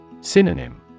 Synonym